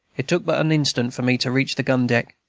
it took but an instant for me to reach the gun-deck.